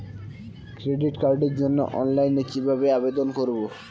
Credit কার্ডের জন্য অফলাইনে কিভাবে আবেদন করব?